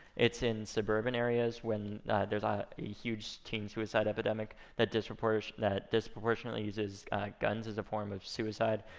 it's in suburban areas when there's a huge teen suicide epidemic that disproportionately that disproportionately uses guns as a form of suicide.